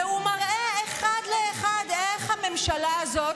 והוא מראה אחד לאחד איך הממשלה הזאת